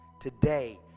today